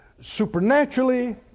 supernaturally